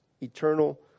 eternal